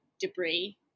debris